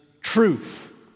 truth